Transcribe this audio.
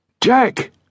Jack